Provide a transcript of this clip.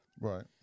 Right